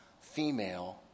female